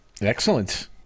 Excellent